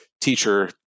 teacher